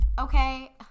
okay